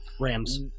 Rams